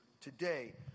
today